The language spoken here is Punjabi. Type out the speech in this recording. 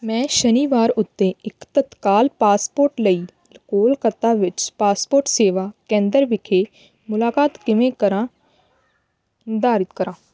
ਮੈਂ ਸ਼ਨੀਵਾਰ ਉੱਤੇ ਇੱਕ ਤਤਕਾਲ ਪਾਸਪੋਰਟ ਲਈ ਕੋਲਕਾਤਾ ਵਿੱਚ ਪਾਸਪੋਰਟ ਸੇਵਾ ਕੇਂਦਰ ਵਿਖੇ ਮੁਲਾਕਾਤ ਕਿਵੇਂ ਕਰਾਂ ਨਿਰਧਾਰਤ ਕਰਾਂ